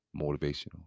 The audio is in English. motivational